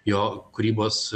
jo kūrybos